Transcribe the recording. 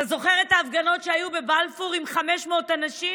אתה זוכר את ההפגנות שהיו בבלפור עם 500 אנשים?